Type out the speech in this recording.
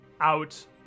out